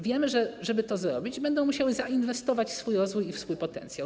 Wiemy, że żeby to zrobić, będą musiały zainwestować w rozwój i w swój potencjał.